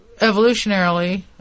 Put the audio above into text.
evolutionarily